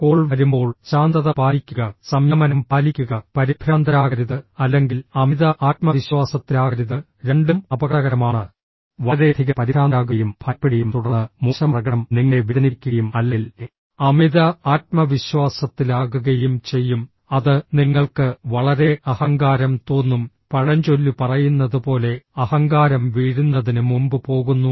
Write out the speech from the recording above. call വരുമ്പോൾ ശാന്തത പാലിക്കുക സംയമനം പാലിക്കുക പരിഭ്രാന്തരാകരുത് അല്ലെങ്കിൽ അമിത ആത്മവിശ്വാസത്തിലാകരുത് രണ്ടും അപകടകരമാണ് വളരെയധികം പരിഭ്രാന്തരാകുകയും ഭയപ്പെടുകയും തുടർന്ന് മോശം പ്രകടനം നിങ്ങളെ വേദനിപ്പിക്കുകയും അല്ലെങ്കിൽ അമിത ആത്മവിശ്വാസത്തിലാകുകയും ചെയ്യും അത് നിങ്ങൾക്ക് വളരെ അഹങ്കാരം തോന്നും പഴഞ്ചൊല്ല് പറയുന്നതുപോലെ അഹങ്കാരം വീഴുന്നതിന് മുമ്പ് പോകുന്നു